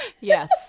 Yes